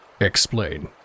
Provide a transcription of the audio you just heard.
Explain